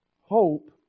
hope